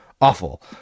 awful